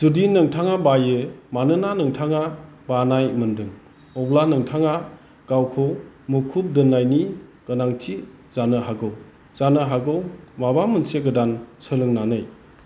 जुदि नोंथाङा बायो मानोना नोंथाङा बानाय मोन्दों अब्ला नोथाङा गावखौ मुखुब दोन्नायनि गोनांथि जानो हागौ जानो हागौ माबा मोनसे गोदान सोलोंनानै